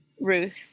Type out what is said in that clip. Ruth